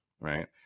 right